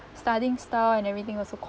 studying style and everything also